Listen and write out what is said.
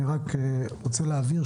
אני רק רוצה להבהיר,